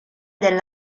del